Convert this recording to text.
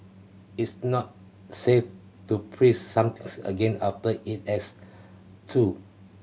it's not safe to freeze somethings again after it has thawed